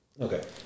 okay